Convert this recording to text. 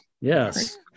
Yes